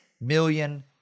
million